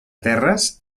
terres